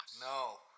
No